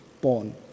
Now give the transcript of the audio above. born